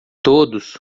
todos